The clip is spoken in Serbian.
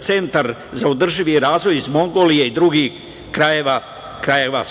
Centar za održivi razvoj iz Mongolije i drugih krajeva